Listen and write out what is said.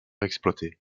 exploiter